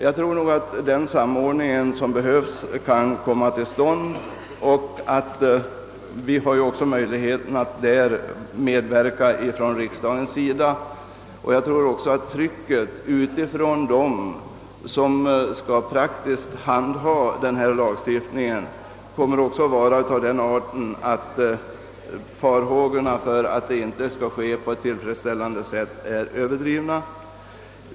Jag tror nog att den samordning som behövs kan åstadkommas. Vi har därvidlag också möjlighet att medverka från riksdagens sida. Jag tror även att trycket från dem som praktiskt skall handha tillämpningen av denna lagstiftning kommer att verka i sådan riktning, att farhågorna för att samordningen inte skall kunna fungera på ett tillfredsställande sätt visar sig vara överdrivna.